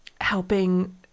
helping